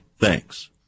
thanks